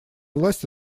власть